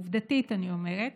עובדתית, אני אומרת,